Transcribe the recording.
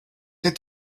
that